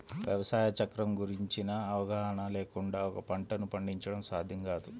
వ్యవసాయ చక్రం గురించిన అవగాహన లేకుండా ఒక పంటను పండించడం సాధ్యం కాదు